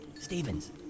Stevens